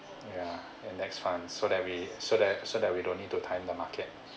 ya index funds so that we so that so that we don't need to time the market